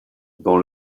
dans